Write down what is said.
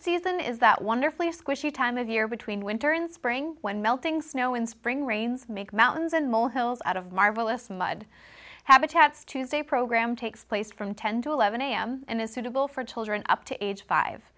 season is that wonderfully squishy time of year between winter and spring when melting snow and spring rains make mountains and molehills out of marvelous mud habitats today programme takes place from ten dollars to eleven am and is suitable for children up to age five